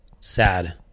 sad